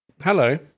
Hello